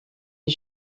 est